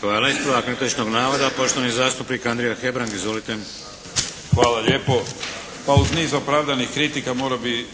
Hvala lijepo. Pa uz niz opravdanih kritika morao bih